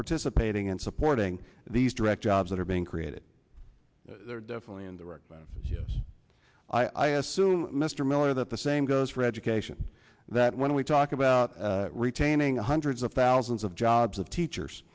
participating and supporting these direct jobs that are being created there definitely and the right yes i assume mr miller that the same goes for education that when we talk about retaining a hundreds of thousands of jobs of teachers